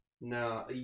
No